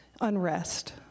unrest